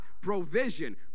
provision